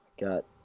Got